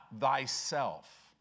thyself